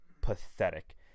pathetic